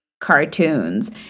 cartoons